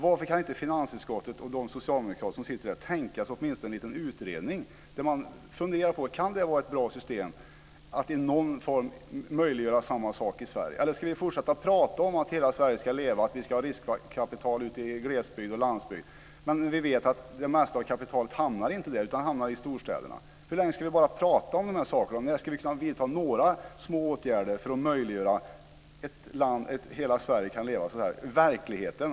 Varför kan inte finansutskottet och de socialdemokrater som sitter där åtminstone tänka sig en liten utredning där man funderar på om det kan vara ett bra system att i någon form möjliggöra samma sak i Sverige? Eller ska vi fortsätta att prata om att hela Sverige ska leva och att vi ska ha riskkapital ute i glesbygd och på landsbygden? Men vi vet att det mesta av kapitalet inte hamnar där, utan det hamnar i storstäderna. Hur länge ska vi bara prata om de här sakerna? När ska vi vidta några små åtgärder för att möjliggöra att hela Sverige kan leva i verkligheten?